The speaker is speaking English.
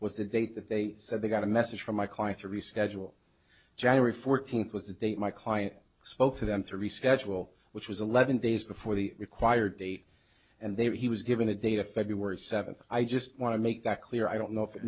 was the date that they said they got a message from my client to reschedule january fourteenth with the date my client spoke to them to reschedule which was eleven days before the required day and they were he was given a day to feb seventh i just want to make that clear i don't know if it